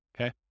Okay